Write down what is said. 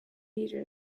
leader